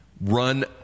run